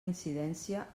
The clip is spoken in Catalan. incidència